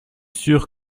sûr